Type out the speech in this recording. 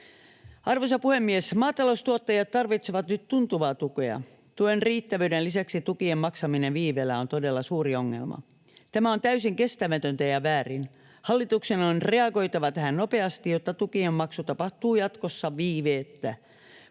Arvoisa puhemies! Maataloustuottajat tarvitsevat nyt tuntuvaa tukea. Tuen riittävyyden lisäksi tukien maksaminen viiveellä on todella suuri ongelma. Tämä on täysin kestämätöntä ja väärin. Hallituksen on reagoitava tähän nopeasti, jotta tukien maksu tapahtuu jatkossa viiveettä.